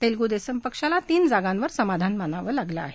तेलगू देसम पक्षाला तीन जागांवर समाधान मानावं लागलं आहे